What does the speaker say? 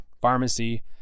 pharmacy